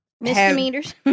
Misdemeanors